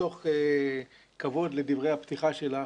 מתוך כבוד לדברי הפתיחה שלך,